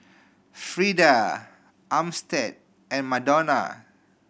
Freeda Armstead and Madonna